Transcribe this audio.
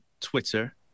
Twitter